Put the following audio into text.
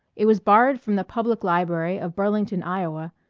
it was barred from the public library of burlington, iowa,